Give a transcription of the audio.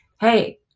hey